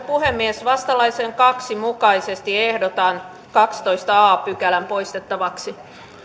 puhemies vastalauseen kaksi mukaisesti ehdotan kahdettatoista a pykälää poistettavaksi